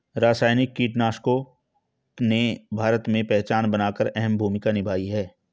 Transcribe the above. रासायनिक कीटनाशकों ने भारत में पहचान बनाकर अहम भूमिका निभाई है